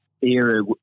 era